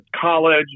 college